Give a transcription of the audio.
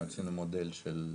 עשינו מודל של